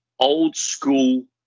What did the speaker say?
old-school